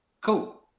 cool